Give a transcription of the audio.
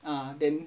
ah then